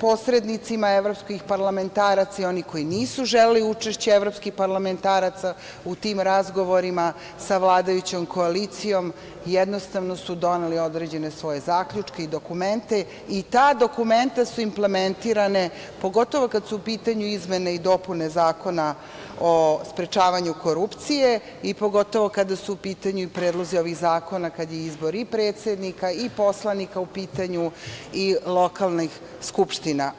posrednicima evropskih parlamentaraca i onih koji nisu želeli učešće evropskih parlamentaraca u tim razgovorima sa vladajućom koalicijom, jednostavno su doneli određene svoje zaključke i dokumente i ta dokumenta su implementirana, pogotovo kad su u pitanju izmene i dopune Zakona o sprečavanju korupcije i pogotovo kada su u pitanju predlozi ovih zakona kada je izbor i predsednika i poslanika u pitanju i lokalnih skupština.